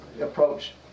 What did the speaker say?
approach